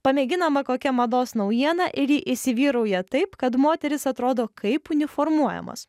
pamėginama kokia mados naujiena ir ji įsivyrauja taip kad moterys atrodo kaip uniformuojamos